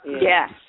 Yes